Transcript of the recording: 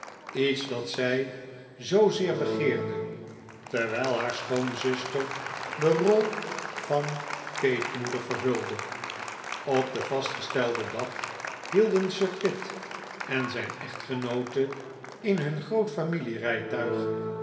iets dat zij zoozeer begeerde terwijl haar schoonzuster de rol van peetmoeder vervulde op den vastgestelden dag hielden sir pitt en zijn echtgenoote in hun groot